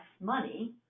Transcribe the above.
money